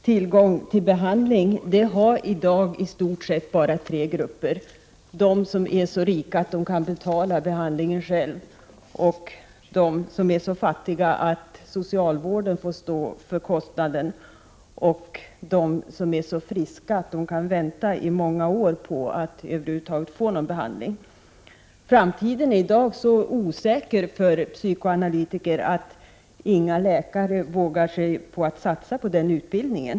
Tillgång till behandling har i dag i stort sett bara tre grupper: De som är så rika att de kan betala behandlingen själva, de som är så fattiga att socialvården får stå för kostnaden och de som är så friska att de kan vänta många år på att över huvud taget få någon behandling. Framtiden är i dag så osäker för psykoanalytiker att inga läkare vågar satsa på den utbildningen.